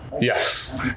Yes